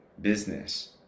business